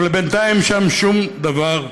אבל בינתיים שום דבר,